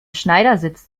schneidersitz